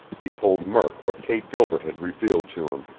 he told murk what kate gilbert had revealed to him,